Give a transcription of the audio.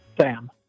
Sam